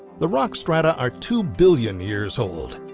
the rock strata are two billion years old.